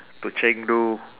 to chengdu